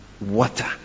water